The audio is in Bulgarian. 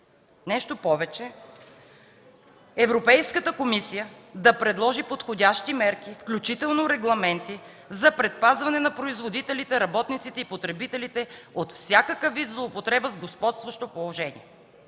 Нещо повече: „Европейската комисия да предложи подходящи мерки, включително регламенти, за предпазване на производителите, работниците и потребителите от всякакъв вид злоупотреба с господстващо положение.